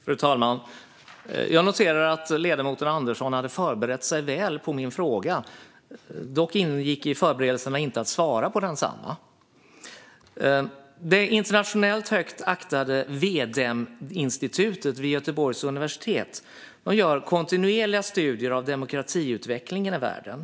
Fru talman! Jag noterar att ledamoten Andersson hade förberett sig väl på min fråga; dock ingick i förberedelserna inte att svara på densamma. Det internationellt högt aktade V-dem-institutet vid Göteborgs universitet gör kontinuerliga studier av demokratiutvecklingen i världen.